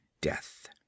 death